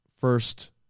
first